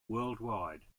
worldwide